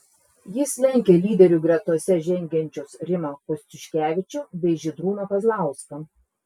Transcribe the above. jis lenkia lyderių gretose žengiančius rimą kostiuškevičių bei žydrūną kazlauską